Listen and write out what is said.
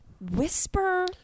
whisper